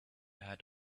had